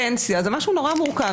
נגיד פנסיה, זה משהו נורא מורכב.